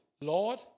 Lord